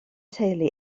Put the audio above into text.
teulu